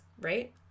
right